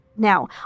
Now